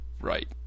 right